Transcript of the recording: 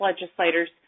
legislators